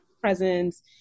presence